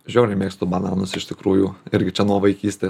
žiauriai mėgstu bananus iš tikrųjų irgi nuo vaikystės